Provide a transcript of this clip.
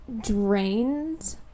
Drained